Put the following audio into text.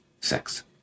sex